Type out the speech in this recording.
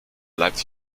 bleibt